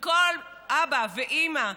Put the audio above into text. וכל אבא ואימא,